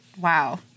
Wow